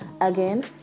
Again